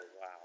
wow